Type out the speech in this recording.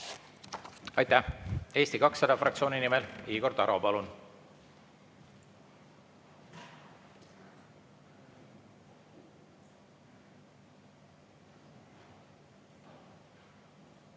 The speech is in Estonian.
Aitäh! Eesti 200 fraktsiooni nimel Igor Taro, palun!